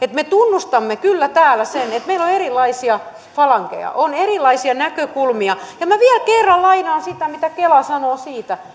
että me tunnustamme kyllä täällä sen että meillä on erilaisia falangeja on erilaisia näkökulmia ja minä vielä kerran lainaan sitä mitä kela sanoo